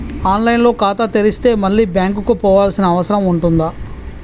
On line లో ఖాతా తెరిస్తే మళ్ళీ బ్యాంకుకు పోవాల్సిన అవసరం ఉంటుందా?